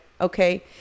okay